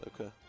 okay